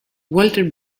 walter